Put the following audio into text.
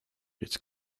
its